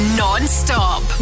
non-stop